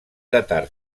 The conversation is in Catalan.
datar